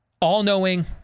all-knowing